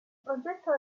progetto